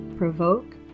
provoke